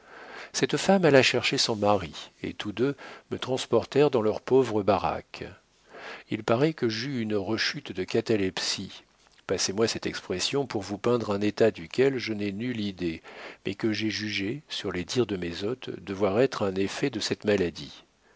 cette femme alla chercher son mari et tous deux me transportèrent dans leur pauvre baraque il paraît que j'eus une rechute de catalepsie passez-moi cette expression pour vous peindre un état duquel je n'ai nulle idée mais que j'ai jugé sur les dires de mes hôtes devoir être un effet de cette maladie